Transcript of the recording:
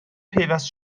پیوست